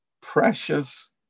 precious